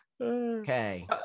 Okay